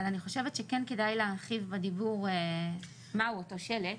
אבל אני חושבת שכן כדאי להרחיב בדיבור מהו אותו שלט.